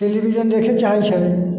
television देखै चाहैत छै